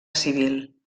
civil